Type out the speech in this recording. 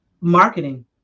Marketing